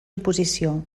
oposició